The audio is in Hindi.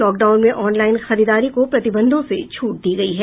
लॉकडाउन में ऑनलाइन खरीददारी को प्रतिबंधों से छूट दी गयी है